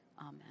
Amen